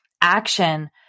action